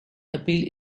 appeal